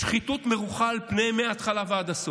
שחיתות מרוחה על פניהם מהתחלה ועד הסוף.